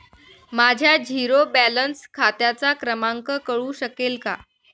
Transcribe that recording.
माझ्या zero balance खात्याचा क्रमांक कळू शकेल का?